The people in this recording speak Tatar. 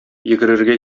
йөгерергә